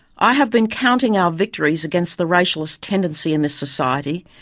i have been counting our victories against the racialist tendency in this society,